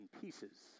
pieces